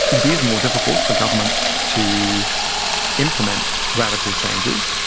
it is more difficult for governments to implement radical changes,